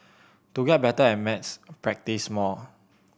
to get better at maths practise more